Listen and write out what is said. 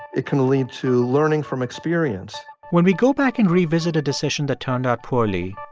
it can lead to learning from experience when we go back and revisit a decision that turned out poorly,